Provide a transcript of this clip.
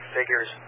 Figures